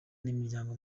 n’imiryango